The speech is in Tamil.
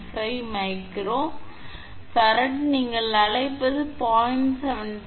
75𝜇 நீங்கள் அழைப்பது 0